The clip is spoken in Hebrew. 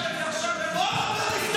שיסבירו איך התנפח במהירות כזאת.